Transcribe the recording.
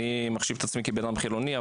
אני מחשיב את עצמי כבן אדם חילוני,